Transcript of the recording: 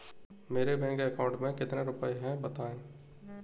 मेरे bank account में कितने रुपए हैं बताएँ?